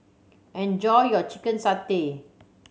enjoy your chicken satay